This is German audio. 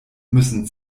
müssen